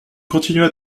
continua